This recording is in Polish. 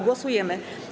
Głosujemy.